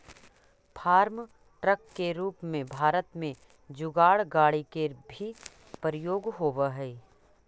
farm truck के रूप में भारत में जुगाड़ गाड़ि के भी प्रयोग होवऽ हई